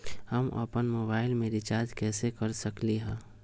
हम अपन मोबाइल में रिचार्ज कैसे कर सकली ह?